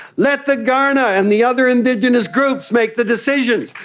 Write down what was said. let the kaurna and the other indigenous groups make the decisions,